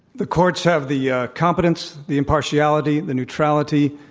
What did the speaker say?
the courts have the ah competence, the impartiality, the neutrality